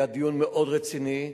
היה דיון מאוד רציני.